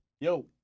Yo